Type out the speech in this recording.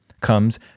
comes